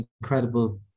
incredible